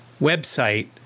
website